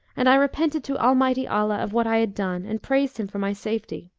and i repented to almighty allah of what i had done and praised him for my safety.